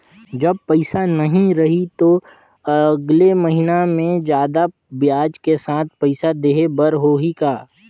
जब पइसा नहीं रही तो अगले महीना मे जादा ब्याज के साथ पइसा देहे बर होहि का?